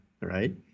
right